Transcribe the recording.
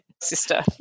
sister